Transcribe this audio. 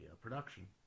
production